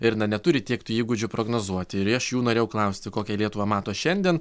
ir na neturi tiek tų įgūdžių prognozuoti ir aš jų norėjau klausti kokią lietuvą mato šiandien